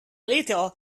little